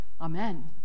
Amen